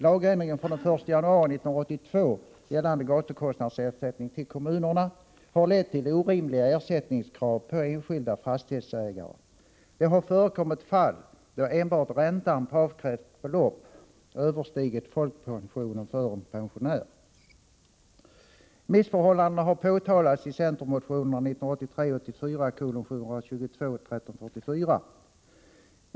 Lagändringen från den 1 januari 1982 gällande gatukostnadsersättningen till kommunerna har lett till orimliga ersättningskrav på enskilda fastighetsägare. Det har förekommit fall då enbart räntan på avkrävt belopp överstigit folkpensionen för en pensionär. Missförhållandena har påtalats i centermotionerna 1983/84:722 och 1344.